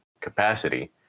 capacity